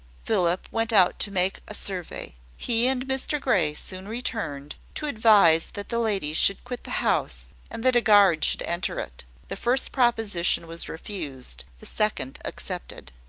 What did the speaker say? philip went out to make a survey. he and mr grey soon returned, to advise that the ladies should quit the house, and that a guard should enter it. the first proposition was refused the second accepted.